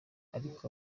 ariko